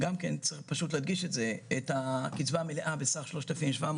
צריך להדגיש את זה את הקצבה המלאה בסך 3,700